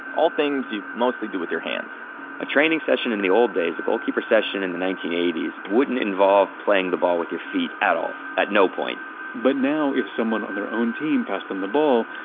all things you mostly do with your hands a training session in the old days, a goalkeeper session in the nineteen eighty s, wouldn't involve playing the ball with your feet at all. at no point but now, if someone on their own team passed them the ball,